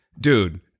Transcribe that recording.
dude